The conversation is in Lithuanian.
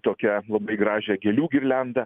tokią labai gražią gėlių girliandą